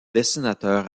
dessinateur